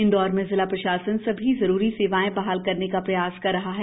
इंदौर में जिला प्रशासन सभी जरूरी सेवाएं बहाल करने का प्रयास कर रहा है